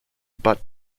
butt